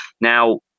Now